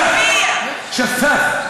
שקוף,